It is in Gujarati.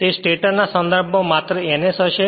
તે સ્ટેટર ના સંદર્ભમાં માત્ર ns હશે